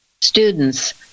Students